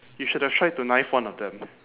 you should have tried to knife one of them